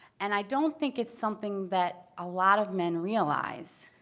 and i don't think it's something that a lot of men realize,